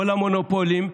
כל המונופולים,